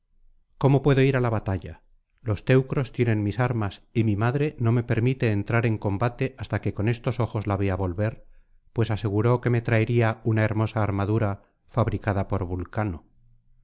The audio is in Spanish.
cómo puedo ir á la batalla los teucros tienen mis armas y mi madre no me permite entrar en combate hasta que con estos ojos la vea volver pues aseguró que me traería una hermosa armadura fabricada por vulcano